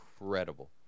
incredible